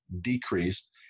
decreased